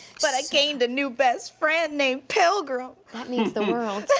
but i gained a new best friend named pilgrim. that means the world.